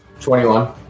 21